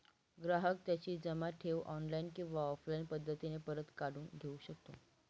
ग्राहक त्याची जमा ठेव ऑनलाईन किंवा ऑफलाईन पद्धतीने परत काढून घेऊ शकतो